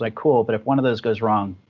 like cool, but if one of those goes wrong,